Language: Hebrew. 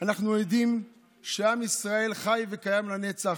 אנחנו עדים לכך שעם ישראל חי וקיים לנצח.